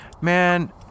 man